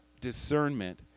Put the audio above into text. discernment